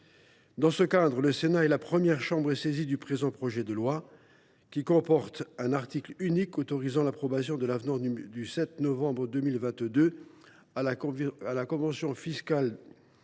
Dans ce cadre, le Sénat est la première chambre saisie du présent projet de loi, qui comporte un article unique autorisant l’approbation de l’avenant du 7 novembre 2022 à la convention fiscale